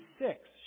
six